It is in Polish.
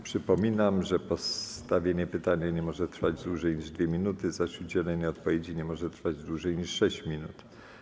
Przypominam, że postawienie pytania nie może trwać dłużej niż 2 minuty, zaś udzielenie odpowiedzi nie może trwać dłużej niż 6 minut.